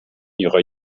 ihrer